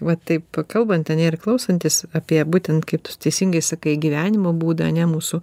va taip kalbant ane ir klausantis apie būtent kaip tu teisingai sakai gyvenimo būdą ane mūsų